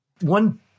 One